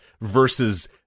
versus